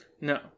No